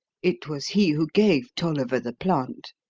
it was he who gave tolliver the plant.